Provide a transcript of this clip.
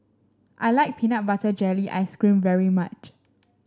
I like Peanut Butter Jelly Ice cream very much